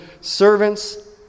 servants